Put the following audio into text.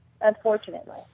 unfortunately